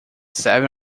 seven